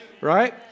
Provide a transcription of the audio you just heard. Right